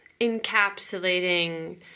encapsulating